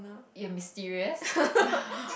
in a mysterious